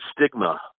stigma